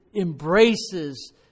embraces